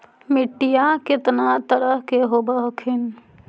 मिट्टीया कितना तरह के होब हखिन?